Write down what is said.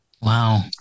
Wow